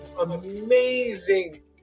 Amazing